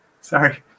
Sorry